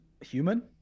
human